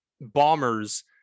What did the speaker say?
Bombers